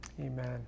Amen